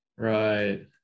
right